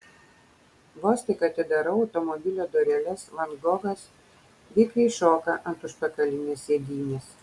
vos tik atidarau automobilio dureles van gogas vikriai šoka ant užpakalinės sėdynės